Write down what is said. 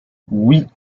oui